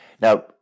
Now